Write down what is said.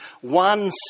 one